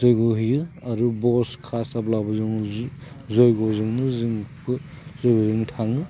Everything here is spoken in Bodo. जयग' होयो आरो बस खास जाब्लाबो जों जयग'जोंनो जों थाङो